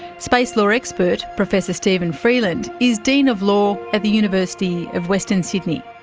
space law expert professor steven freeland is dean of law at the university of western sydney.